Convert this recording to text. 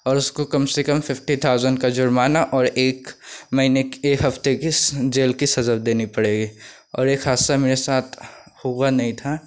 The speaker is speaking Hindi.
और उसको कम से कम फिफ्टी थाउजेंड का जुर्माना और एक महीने एक हफ्ते की जेल की सज़ा देनी पड़ेगी और एक हादसा मेरे साथ हुआ नहीं था